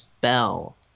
bell